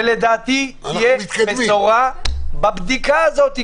ולדעתי תהיה בשורה בבדיקה הזאת,